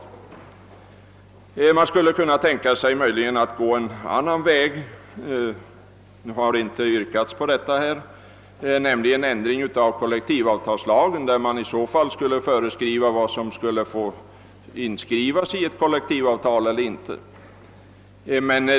Möjligen skulle man kunna tänka sig att gå en annan väg, men härvidlag har inget yrkande ställts. Man kunde genomföra en ändring av kollektivavtalslagen, i vilken alltså skulle bestämmas vad som finge inskrivas i kollektivavtal eller inte.